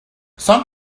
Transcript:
some